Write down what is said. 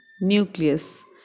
nucleus